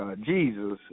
Jesus